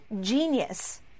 genius